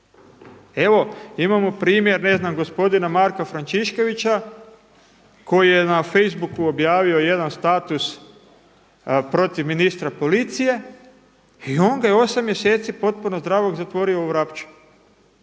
Evo imamo primjer ne znam gospodina Marka Frančišćevika koji je na Facebooku objavio jedan status protiv ministra policije i on ga je 8 mjeseci potpuno zdravog zatvorio u Vrapče.